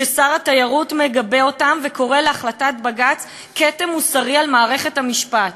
כששר התיירות מגבה אותם וקורא להחלטת בג"ץ "כתם מוסרי" על מערכת המשפט,